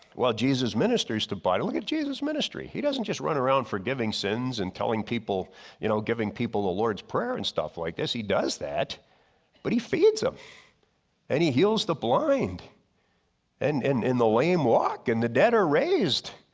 well jesus ministers to body, look at jesus ministry. he doesn't just run around forgiving sins and telling people you know, giving people the lord's prayer and stuff like this. yes he does that but he feeds them and he heals the blind and in in the lame walk and the dead are raised.